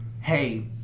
hey